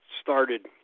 started